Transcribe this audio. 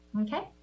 Okay